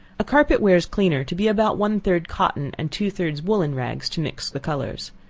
a carpet wears cleaner to be about one-third cotton, and two-thirds woollen rags to mix the colors.